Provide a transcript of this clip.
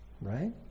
right